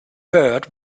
baird